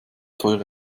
teure